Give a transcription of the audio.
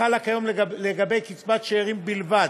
החלה כיום לגבי קצבת שאירים בלבד,